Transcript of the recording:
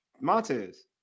Montez